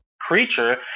creature